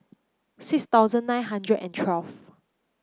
six thousand nine hundred and twelve